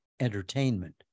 Entertainment